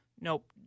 Nope